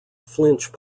flinch